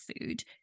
food